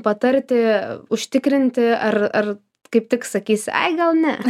patarti užtikrinti ar ar kaip tik sakysi ai gal ne